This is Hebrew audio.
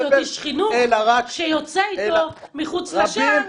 זה היה צריך להיות איש חינוך שיוצא איתו מחוץ לשער,